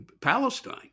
palestine